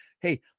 Hey